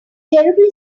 terribly